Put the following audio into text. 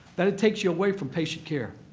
that it takes you away from patient care.